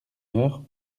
heure